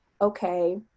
okay